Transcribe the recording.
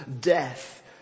death